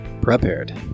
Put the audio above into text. prepared